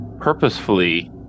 purposefully